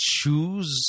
choose